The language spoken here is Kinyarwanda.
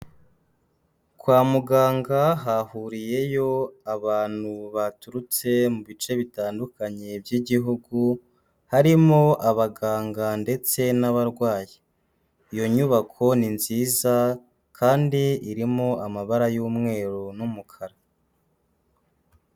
Kwa muganga hahuriyeyo abantu baturutse mu bice bitandukanye by'igihugu, harimo abaganga ndetse n'abarwayi, iyo nyubako ni nziza kandi irimo amabara y'umweru n'umukara.